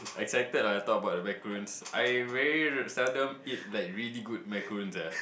excited ah I talk about the macaroons I very seldom eat like really good macaroons eh